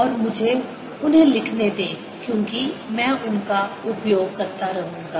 और मुझे उन्हें लिखने दें क्योंकि मैं उनका उपयोग करता रहूंगा